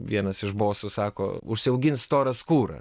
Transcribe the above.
vienas iš bosų sako užsiaugint storą skūrą